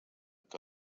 que